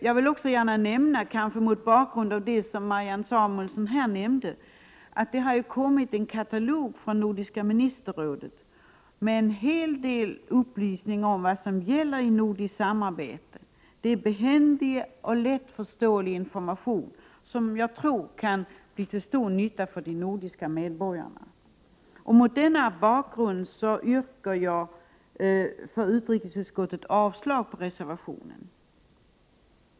Jag vill också mot bakgrund av det som Marianne Samuelsson nämnde säga att det har kommit en katalog från Nordiska ministerrådet med en hel del upplysningar om vad som gäller i nordiskt samarbete. Det är behändig och lättförståelig information, som jag tror kan bli till stor nytta för de nordiska medborgarna. Mot denna bakgrund yrkar jag för utrikesutskottets del avslag på reservationen.